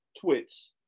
Twitch